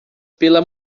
pela